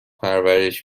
پرورش